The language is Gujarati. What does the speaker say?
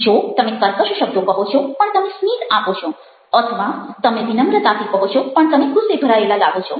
જો તમે કર્કશ શબ્દો કહો છો પણ તમે સ્મિત આપો છો અથવા તમે વિનમ્રતાથી કહો છો પણ તમે ગુસ્સે ભરાયેલા લાગો છો